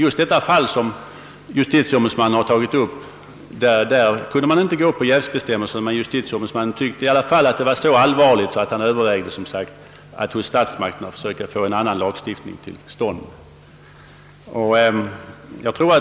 Just i det fall som JO tagit upp var det omöjligt att gå på jävsbestämmelserna. Men justitieombudsmannen tyckte som sagt ändå att fallet var så allvarligt, att han övervägde att hos statsmakterna försöka få en annan lagstiftning till stånd.